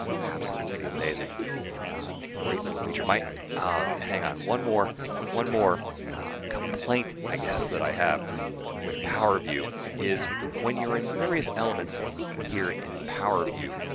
absolutely amazing great little feature. might ah yeah hang on, one more one more complaint i guess that i have with power view is when you're in various elements here in power view